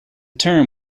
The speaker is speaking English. term